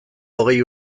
hogei